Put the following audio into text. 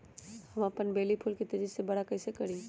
हम अपन बेली फुल के तेज़ी से बरा कईसे करी?